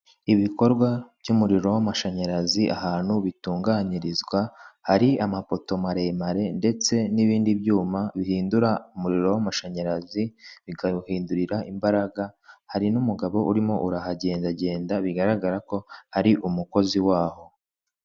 Ibikorwa by'umuriro w'amashanyarazi ahantu bitunganyirizwa. Hari amapoto maremare ndetse n'ibindi byuma bihindura umuriro w'amashanyarazi, bikawuhindurira imbaraga. Hari n'umugabo urimo urahagendagenda bigaragara ko ari umukozi waho.